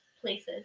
places